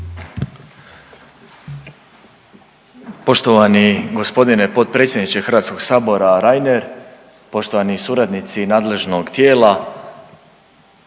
Poštovani g. potpredsjedniče HS-a Reiner, poštovani suradnici nadležnog tijela,